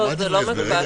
לא, זה לא מגובש סופית,